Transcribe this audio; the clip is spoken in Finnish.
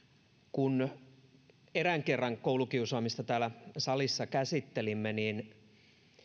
kun erään kerran koulukiusaamista täällä salissa käsittelimme niin